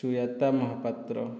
Sujata Mohapatra